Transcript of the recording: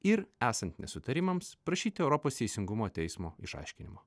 ir esant nesutarimams prašyti europos teisingumo teismo išaiškinimo